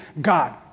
God